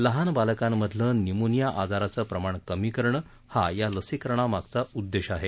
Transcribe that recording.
लहान बालकांमधलं न्यूमोनिया आजाराचं प्रमाण कमी करणं हा या लसीकरणामागचा उद्देश आहे